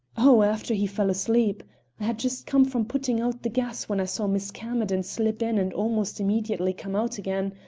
oh, after he fell asleep. i had just come from putting out the gas when i saw miss camerden slip in and almost immediately come out again.